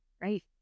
right